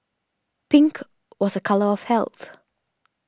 pink was a colour of health